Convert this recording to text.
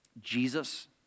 Jesus